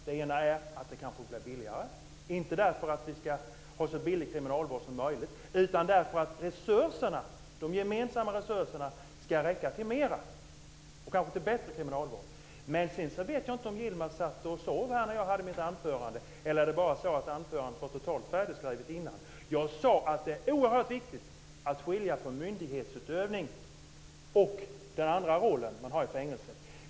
Det ena är att det kanske blir billigare - vi ska inte ha en så billig kriminalvård som möjligt, men de gemensamma resurserna ska räcka till mera och kanske till en bättre kriminalvård. Sedan vet jag inte om Yilmaz satt och sov när jag höll mitt anförande, eller är det bara så att hans anförande var färdigskrivet dessförinnan. Jag sade att det är oerhört viktigt att skilja på myndighetsutövning och den andra roll som man har i fängelset.